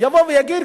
יבוא ויגיד,